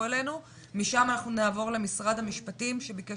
ולאחר מכן נעבור למשרד המשפטים שביקש